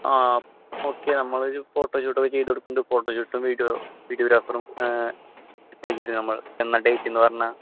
ആ ഓക്കെ നമ്മളൊരു ഫോട്ടോഷൂട്ട് ഒക്കെ ചെയ്തുകൊടുക്കുന്നുണ്ട് ഫോട്ടോഷൂട്ടും വീഡിയോ വിഡിയോഗ്രാഫറും സെറ്റ് ആക്കിത്തരും നമ്മൾ എന്നാണ് ഡേറ്റ് എന്ന് പറഞ്ഞാൽ